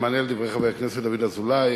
במענה לדברי חבר הכנסת דוד אזולאי,